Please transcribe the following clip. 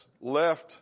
left